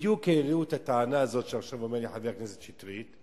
העלו בדיוק את הטענה הזאת שעכשיו אומר לי חבר הכנסת שטרית,